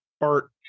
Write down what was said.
art